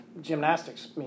gymnastics